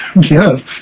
Yes